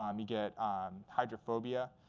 um you get hydrophobia.